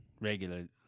regular